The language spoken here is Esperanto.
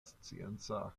scienca